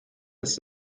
ist